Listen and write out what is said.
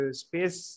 space